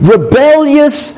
Rebellious